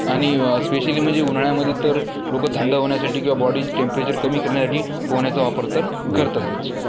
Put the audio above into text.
आणि स्पेशली म्हणजे उन्हाळ्यामध्ये तर लोक थंड होण्यासाठी किंवा बॉडी टेंपरेचर कमी करण्यासाठी पोहण्याचा वापर तर करतातच